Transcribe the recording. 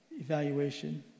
evaluation